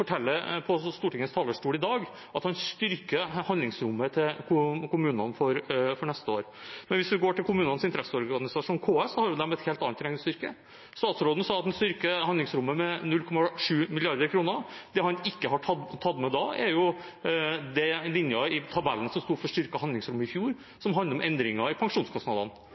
Stortingets talerstol i dag at han styrker handlingsrommet til kommunene for neste år. Men hvis vi går til kommunenes interesseorganisasjon, KS, har de et helt annet regnestykke. Statsråden sa at han styrker handlingsrommet med 0,7 mrd. kr. Det han ikke har tatt med da, er den linjen i tabellen som sto for styrket handlingsrom i fjor, som handler om endringer i pensjonskostnadene.